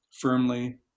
firmly